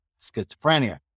schizophrenia